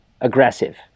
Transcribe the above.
aggressive